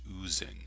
oozing